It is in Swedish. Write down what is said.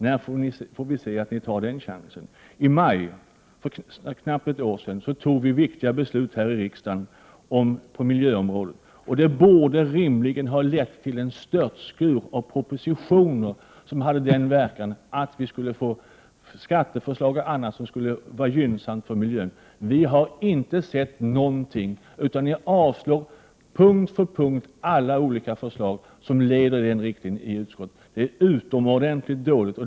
När får vi se att ni tar den chansen? I maj för knappt ett år sedan fattades viktiga beslut i riksdagen på miljöområdet. Det borde rimligen ha lett till en störtskur av propositioner som skulle ha verkat för att vi skulle få skatteförslag som skulle vara gynnsamma för miljön. Vi har inte sett till något förslag. Ni har i utskottet punkt för punkt avstyrkt alla olika förslag som leder i den riktningen. Det är utomordentligt dåligt.